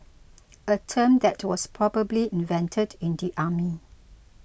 a term that was probably invented in the army